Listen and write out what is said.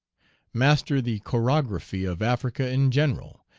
master the chorography of africa in general,